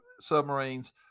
submarines